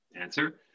answer